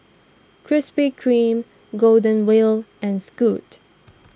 Krispy Kreme Golden Wheel and Scoot